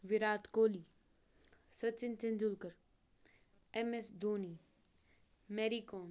Virat Kohli Sachin Tendulkar M S Dhoni میٚری کوام